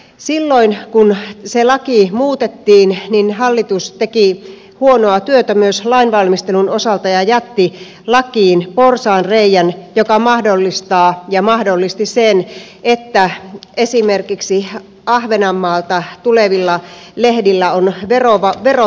silloin kun se laki muutettiin hallitus teki huonoa työtä myös lainvalmistelun osalta ja jätti lakiin porsaanreiän joka mahdollistaa ja mahdollisti sen että esimerkiksi ahvenanmaalta tulevilla lehdillä on verottomuus edelleenkin